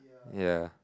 yeah